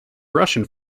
russian